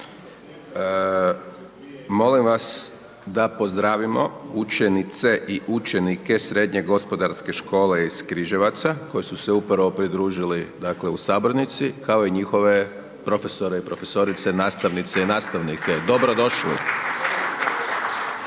Molim vas da pozdravimo učenice i učenike Srednje gospodarske škole iz Križevaca koji su se upravo pridružili dakle u sabornici, kao i njihove profesore i profesorice, nastavnice i nastavnike. Dobrodošli.